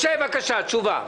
משה, בבקשה, תשובה.